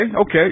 okay